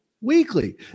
Weekly